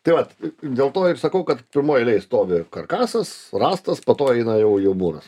tai vat dėl to ir sakau kad pirmoj eilėj stovi karkasas rąstas po to eina jau jau mūras